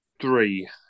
three